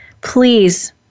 Please